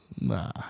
Nah